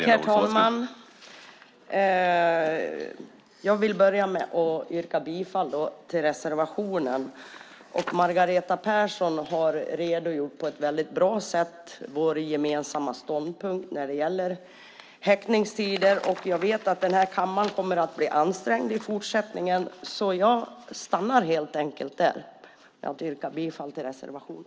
Herr talman! Jag vill börja med att yrka bifall till reservationen. Margareta Persson har på ett mycket bra sätt redogjort för vår gemensamma ståndpunkt när det gäller häktningstider. Jag vet att kammaren kommer att vara ansträngd i fortsättningen och nöjer mig därför helt enkelt med att yrka bifall till reservationen.